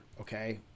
Okay